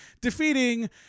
defeating